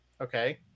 Okay